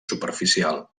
superficial